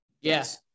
yes